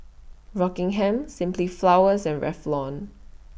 Rockingham Simply Flowers and Revlon